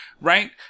right